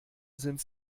sind